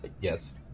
Yes